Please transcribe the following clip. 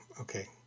Okay